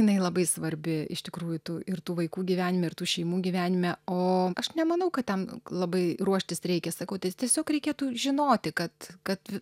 jinai labai svarbi iš tikrųjų tų ir tų vaikų gyvenime ir tų šeimų gyvenime o aš nemanau kad tam labai ruoštis reikia sakau tai tiesiog reikėtų žinoti kad kad